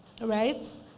Right